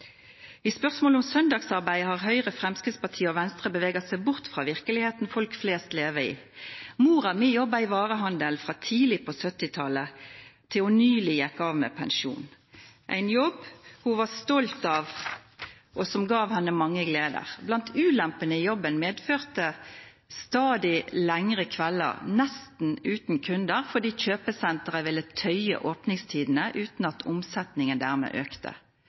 I spørsmålet om søndagsarbeid har Høyre, Fremskrittspartiet og Venstre beveget seg bort fra virkeligheten folk flest lever i. Moren min jobbet i varehandelen fra tidlig på 1970-tallet til hun nylig gikk av med pensjon – en jobb hun var stolt av, og som ga henne mange gleder. Blant ulempene jobben medførte, var stadig lengre kvelder nesten uten kunder, fordi kjøpesenteret ville tøye åpningstidene uten at omsetningen dermed økte.